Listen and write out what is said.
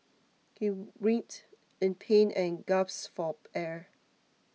he writhed in pain and gasped for air